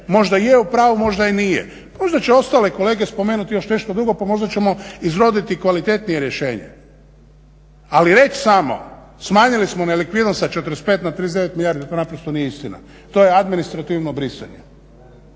Možda je u pravu, možda i nije, možda će ostale kolege spomenuti još nešto drugo pa možda ćemo izroditi kvalitetnije rješenje. Ali reći samo smanjili smo nelikvidnost sa 45 na 39 milijardi to naprosto nije istina, to je administrativno brisanje.